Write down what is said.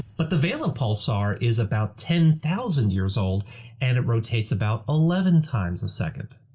but the vela pulsar is about ten thousand years old and rotates about eleven times a second.